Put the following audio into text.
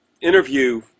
interview